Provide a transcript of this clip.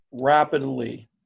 Rapidly